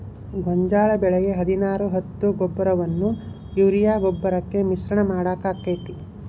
ಗೋಂಜಾಳ ಬೆಳಿಗೆ ಹದಿನಾರು ಹತ್ತು ಗೊಬ್ಬರವನ್ನು ಯೂರಿಯಾ ಗೊಬ್ಬರಕ್ಕೆ ಮಿಶ್ರಣ ಮಾಡಾಕ ಆಕ್ಕೆತಿ?